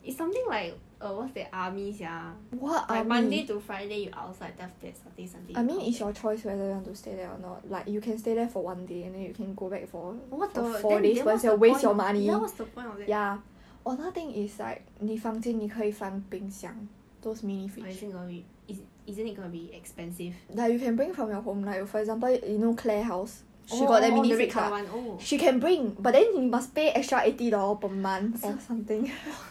it's something like uh what that army sia like monday to friday you outside then after that saturday sunday what the then then what's the point then what's the point of that but is it gonna be isn't it gonna be expensive orh orh that red colour [one] oh !wah!